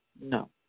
no